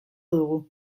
dugu